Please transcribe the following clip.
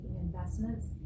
investments